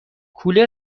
کولر